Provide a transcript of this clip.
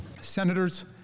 Senators